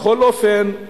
בכל אופן,